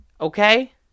okay